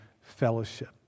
fellowship